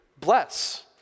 bless